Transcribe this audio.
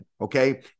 Okay